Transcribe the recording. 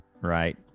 right